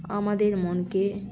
আমাদের মনকে